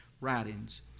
writings